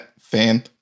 Fan